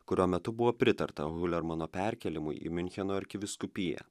kurio metu buvo pritarta hulermano perkėlimui į miuncheno arkivyskupiją